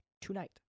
tonight